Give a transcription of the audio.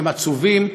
הם עצובים,